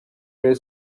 rayon